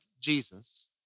Jesus